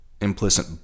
implicit